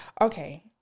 Okay